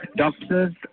doctors